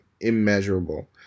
immeasurable